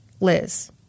Liz